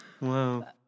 Wow